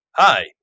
Hi